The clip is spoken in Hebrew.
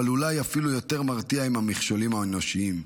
אבל אולי אפילו יותר מרתיעים הם המכשולים האנושיים,